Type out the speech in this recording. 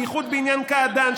בייחוד בעניין קעדאן,